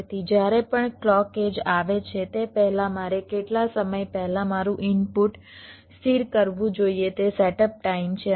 તેથી જ્યારે પણ ક્લૉક એડ્જ આવે છે તે પહેલાં મારે કેટલા સમય પહેલા મારું ઇનપુટ સ્થિર કરવું જોઈએ તે સેટઅપ ટાઇમ છે